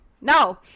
No